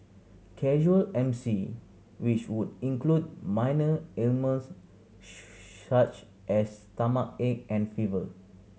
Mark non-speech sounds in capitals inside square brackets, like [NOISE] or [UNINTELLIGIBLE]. casual M C which would include minor ailments [UNINTELLIGIBLE] such as stomachache and fever